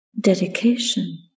dedication